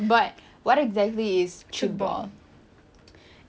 it's like netball sama dia punya rules is sama macam netball